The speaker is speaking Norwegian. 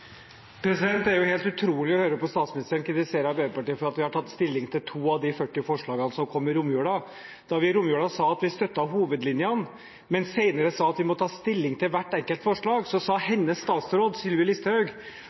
at vi har tatt stilling til 2 av de 40 forslagene som kom i romjulen. Da vi i romjulen sa at vi støttet hovedlinjene, og senere sa at vi må ta stilling til hvert enkelt forslag, sa hennes statsråd, Sylvi Listhaug,